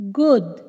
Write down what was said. good